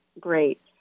great